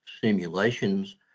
simulations